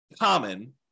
common